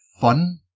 fun